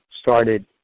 started